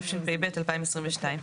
התשפ"ב-2022.